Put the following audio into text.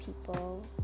people